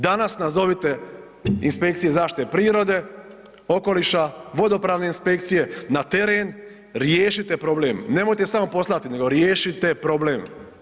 Danas nazovite inspekcije zaštite prirode, okoliša, vodopravne inspekcije na teren, riješite problem, nemojte samo poslati, nego riješite problem.